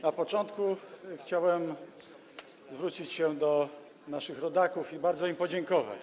Na początku chciałbym zwrócić się do naszych rodaków i bardzo im podziękować.